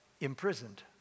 imprisoned